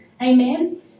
Amen